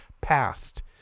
passed